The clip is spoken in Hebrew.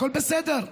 הכול בסדר,